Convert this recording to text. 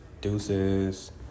deuces